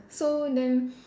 so then